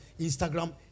Instagram